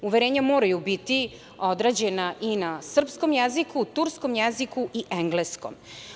Uverenja moraju biti odrađena i na srpskom jeziku, na turskom jeziku i engleskom.